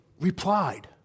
replied